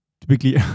typically